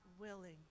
willing